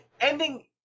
ending